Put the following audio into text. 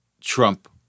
Trump